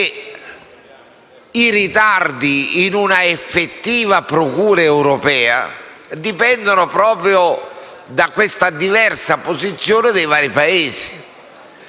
i ritardi, in una effettiva procura europea, dipendono proprio dalla diversa posizione dei vari Paesi.